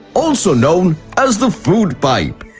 also known as the food pipe.